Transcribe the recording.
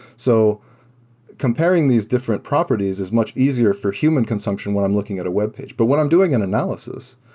so comparing these different properties is much easier for human consumption when i'm looking at a webpage. but what i'm doing an analysis,